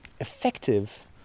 effective